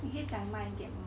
你可以讲慢一点吗